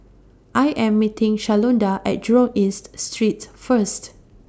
I Am meeting Shalonda At Jurong East Street First